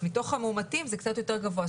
מתוך המאומתים זה קצת יותר גבוה.